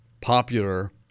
popular